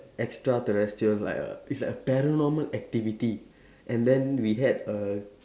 extraterrestrial like err it's like a paranormal activity and then we had a